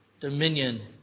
dominion